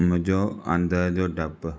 मुंहिंजो अंदर जो डपु